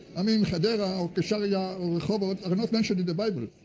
i mean, hedera or caesarea yeah or rehovot are not mentioned in the bible,